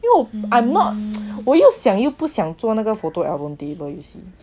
因为 I'm not 我又想又不想做那个 photo album table you see